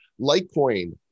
Litecoin